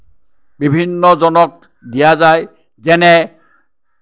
বিভিন্নজনক দিয়া যায় যেনে